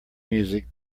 music